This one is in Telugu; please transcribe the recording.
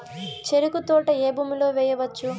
చెరుకు తోట ఏ భూమిలో వేయవచ్చు?